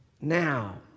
now